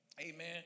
amen